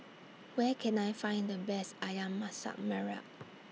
Where Can I Find The Best Ayam Masak Merah